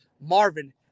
Marvin